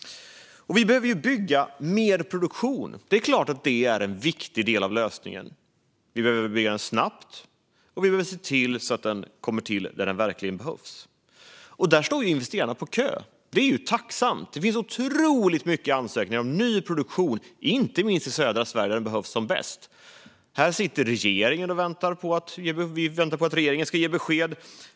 Vi behöver bygga mer produktion. Det är klart att det är en viktig del av lösningen. Vi behöver bygga den snabbt och se till att den kommer till där den verkligen behövs. Där står ju investerarna på kö, vilket vi är tacksamma för. Det finns otroligt många ansökningar om ny produktion, inte minst i södra Sverige där den behövs som mest. Här väntar vi på att regeringen ska ge besked.